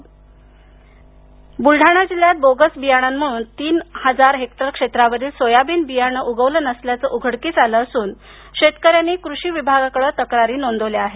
bogus बियाणं ब्लडाणा जिल्ह्यात bogus बियाणांमुळे तीन हजार हेक्टर क्षेत्रावरील सोयाबीन बियाणे उगवलं नसल्याच उघडकीस आल असून शेतकऱ्यांनी कृषी विभागाकडे तक्रारी नोंदवल्या आहेत